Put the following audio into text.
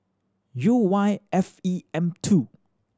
U Y F E M two